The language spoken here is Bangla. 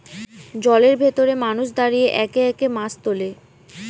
জলের ভেতরে মানুষ দাঁড়িয়ে একে একে মাছ তোলে